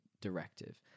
directive